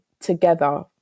together